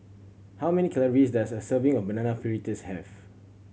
how many calories does a serving of Banana Fritters have